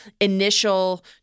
initial